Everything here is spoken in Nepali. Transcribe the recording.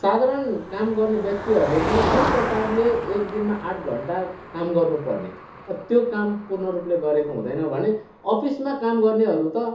साधारण काम गर्ने व्यक्तिहरूले पनि जुन प्रकारले एक दिनमा आठ घन्टा काम गर्नु पर्ने त्यो काम पूर्ण रूपले गरेको हुँदैन भने अफिसमा काम गर्नेहरू त